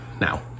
Now